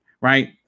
right